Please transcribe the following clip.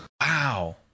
Wow